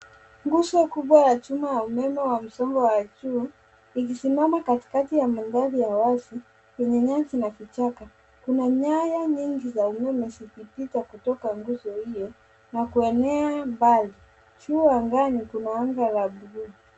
Nguzo kubwa ya chuma ya umeme wa msongo wa juu ikisimama katikati ya mandhari ya wazi yenye nyasi na vichaka . Kuna nyaya nyingi za umeme zikipita kutoka nguzo hiyo na kuenea mbali. Juu angani kuna anga la bluu.